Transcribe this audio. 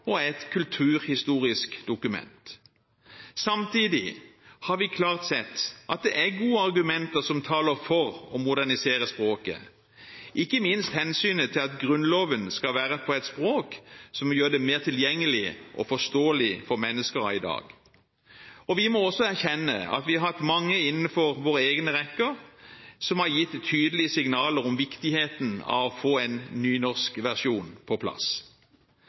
er et kulturhistorisk dokument. Samtidig har vi klart sett at det er gode argumenter som taler for å modernisere språket, ikke minst hensynet til at Grunnloven skal være på et språk som gjør det mer tilgjengelig og forståelig for mennesker av i dag. Vi må også erkjenne at vi har hatt mange innenfor våre egne rekker som har gitt tydelige signaler om viktigheten av å få en nynorskversjon på plass.